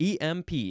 emp